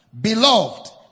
beloved